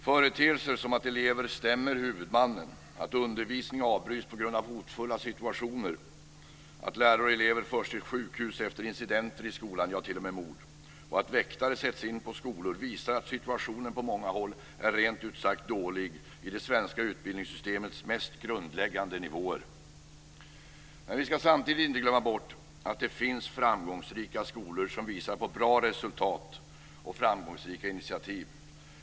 Företeelser som att elever stämmer huvudmannen, att undervisning avbryts på grund av hotfulla situationer, att lärare och elever förs till sjukhus efter incidenter i skolan, ja t.o.m. mord, och att väktare sätts in på skolor visar att situationen på många håll rent ut sagt är dålig på det svenska utbildningssystemets mest grundläggande nivåer. Men vi ska inte glömma bort att det även finns framgångsrika skolor som visar på bra resultat och framgångsrika initiativ.